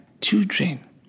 children